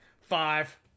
Five